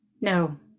No